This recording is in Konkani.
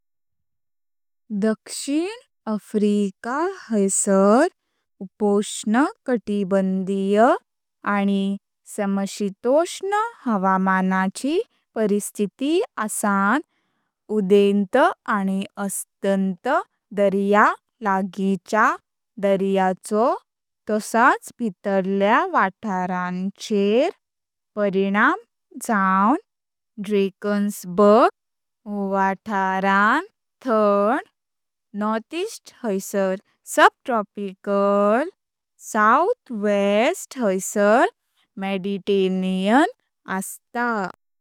दक्षिण अफ्रिका हैसर उपोष्ण कटिबंधीय आणि समशीतोष्ण हवामानाची परिस्थिती असण उदेंत आणि असांता दर्या लागिच्या दर्याचो तसच भितरल्या वाथ्रांचेर परिणाम जावन ड्राकेंसबर्ग वाथ्रंत थंड। नॉर्थ ईस्ट हैसर सब ट्रॉपिकल। साउथ वेस्ट हैसर मेडीटेरिनियन आसता।